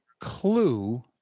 clue